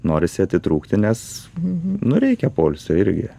norisi atitrūkti nes nu reikia poilsio irgi